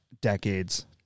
decades